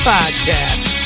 Podcast